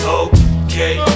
okay